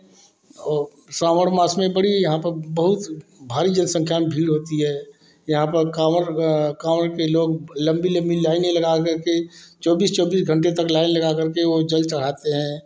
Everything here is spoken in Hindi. ओ श्रावण मास में बड़ी यहाँ पर बहुत भारी जनसंख्या में भीड़ होती है यहाँ पर काँवर काँवर के लोग लंबी लंबी लाइने लगा करके चौबीस चौबीस घंटे तक लाइन लगा करके वे जल चढ़ाते हैं